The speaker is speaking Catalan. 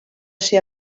ser